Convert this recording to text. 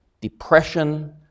depression